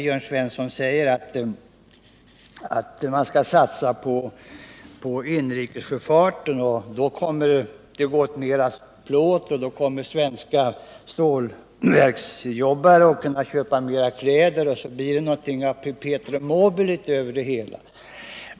Jörn Svensson säger att vi bör satsa på inrikes sjöfart, att det då kommer att gå åt mer plåt och att svenska stålverksjobbare då kan köpa mer kläder — och så blir det något av ett perpetuum mobile över det hela.